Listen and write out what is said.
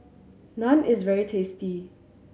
naan is very tasty